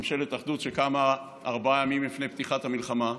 ממשלת אחדות שקמה ארבעה ימים לפני פתיחת המלחמה.